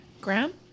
Graham